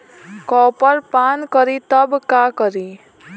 Copper पान करी तब का करी?